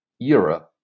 era